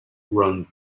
ran